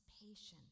patience